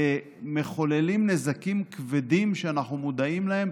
מחוללים נזקים כבדים, שאנחנו מודעים להם,